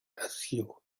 askew